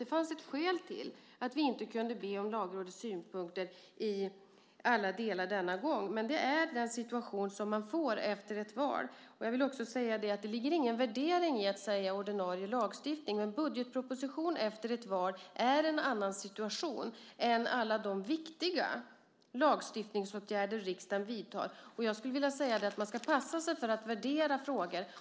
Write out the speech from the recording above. Det fanns ett skäl till att vi inte kunde be om Lagrådets synpunkter i alla delar denna gång. Men det är den situation som råder efter ett val. Jag vill också säga att det inte ligger någon värdering i att säga ordinarie lagstiftning. När det gäller en budgetproposition efter ett val är det en annan situation än när det gäller alla de viktiga lagstiftningsåtgärder som riksdagen vidtar. Och man ska passa sig för att värdera frågor.